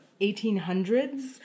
1800s